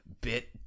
bit